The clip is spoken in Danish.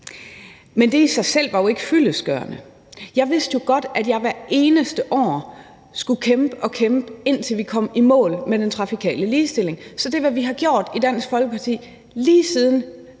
Men det i sig selv var jo ikke fyldestgørende. Jeg vidste jo godt, at jeg hvert eneste år skulle kæmpe og kæmpe, indtil vi kom i mål med den trafikale ligestilling, så det er, hvad vi har gjort i Dansk Folkeparti, lige siden